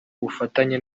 bufatanye